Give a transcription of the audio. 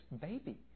baby